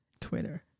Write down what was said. Twitter